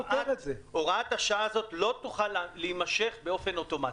הוראת השעה הזאת לא תוכל להימשך באופן אוטומטי.